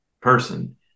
person